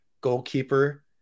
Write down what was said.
goalkeeper